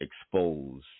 expose